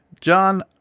John